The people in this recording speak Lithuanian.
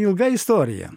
ilga istorija